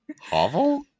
Hovel